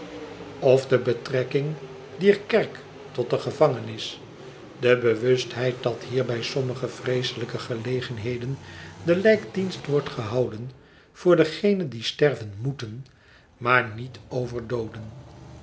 of de betrekking dier kerk tot de gevangenis de bewustheid dat hier bij sommige vreeselijke gelegenheden de lijkdienst wordt gehouden voor degene die sterven m o e t e n maar niet over dooden